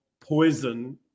poison